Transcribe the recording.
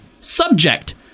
subject